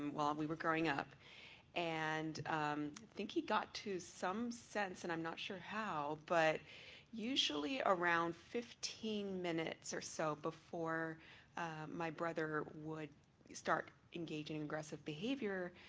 while um we were growing up and i think he got to some sense and i'm not sure how but usually around fifteen minutes or so before my brother would start engaging in aggressive behavior,